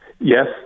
Yes